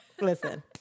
Listen